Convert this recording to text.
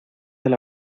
del